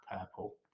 purple